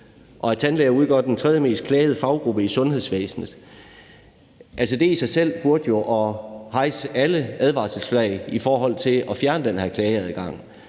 Tandlæger udgør den tredje mest påklagede faggruppe i sundhedsvæsenet, og det burde jo altså i sig selv hejse alle advarselsflag i forhold til at fjerne den her klageadgang.